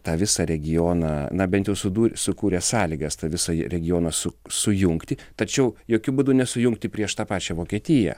tą visą regioną na bent jau sudū sukūrė sąlygas tą visą regioną su sujungti tačiau jokiu būdu nesujungti prieš tą pačią vokietiją